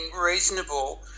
reasonable